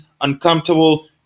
uncomfortable